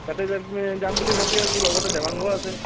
তাতে যাবি যাম বুলি ভাবি আছোঁ লগতে দেৱাংগও আছে